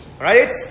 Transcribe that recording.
right